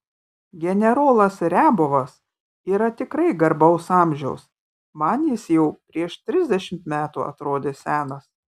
generolas riabovas yra tikrai garbaus amžiaus man jis jau prieš trisdešimt metų atrodė senas